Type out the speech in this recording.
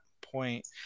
point